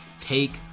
take